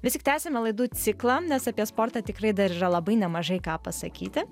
vis tik tęsiame laidų ciklą nes apie sportą tikrai dar yra labai nemažai ką pasakyti